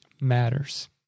matters